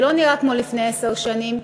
ולא נראה כמו לפני עשר שנים,